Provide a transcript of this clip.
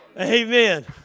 Amen